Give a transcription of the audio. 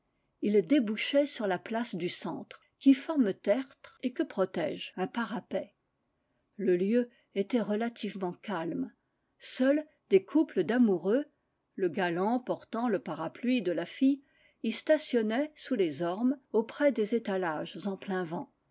ils débouchaient sur la place du centre qui forme tertre et que protège un parapet le lieu était relativement calme seuls des couples d'amoureux le galant portant le para pluie de la fille y stationnaient sous les ormes auprès des étalages en plein vent